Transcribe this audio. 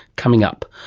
coming up.